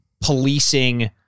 policing